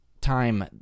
time